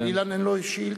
אילן, אין לו שאילתא.